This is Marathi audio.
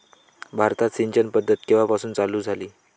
भारतात सिंचन पद्धत केवापासून चालू झाली?